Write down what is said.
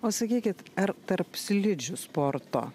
o sakykit ar tarp slidžių sporto